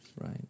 Right